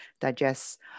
digest